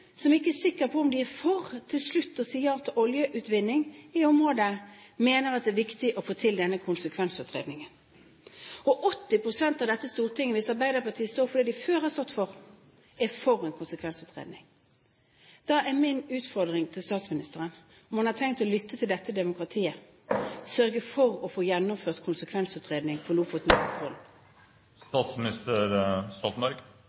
som ikke er sikre på om de til slutt er for oljeutvinning i området, mener at det er viktig å få til denne konsekvensutredningen, og 80 pst. av dette Stortinget – hvis Arbeiderpartiet står for det de før har stått for – er for en konsekvensutredning. Da er min utfordring til statsministeren: Har han tenkt å lytte til dette demokratiet og sørge for å få gjennomført konsekvensutredning for